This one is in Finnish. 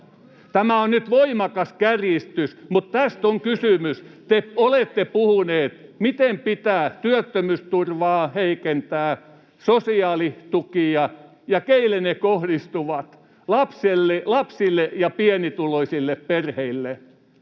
Tämä on nyt voimakas kärjistys, mutta tästä on kysymys. Te olette puhuneet, miten pitää heikentää työttömyysturvaa, sosiaalitukia — ja keille ne kohdistuvat? Lapsille ja pienituloisille perheille.